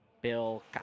Bill